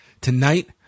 Tonight